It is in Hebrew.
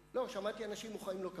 לא, שמעתי אנשים מוחאים לו כפיים.